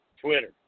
Twitter